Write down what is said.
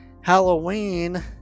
halloween